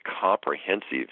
comprehensive